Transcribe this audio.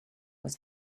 was